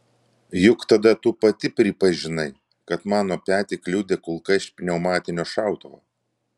juk tada tu pati pripažinai kad mano petį kliudė kulka iš pneumatinio šautuvo